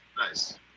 Nice